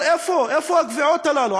אבל איפה הקביעות הללו?